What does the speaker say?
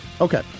Okay